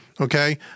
Okay